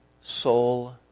soul